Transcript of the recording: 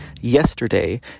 yesterday